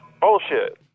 Bullshit